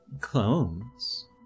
Clones